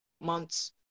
months